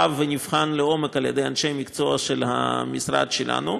ונבחן לעומק על ידי אנשי המקצוע של המשרד שלנו.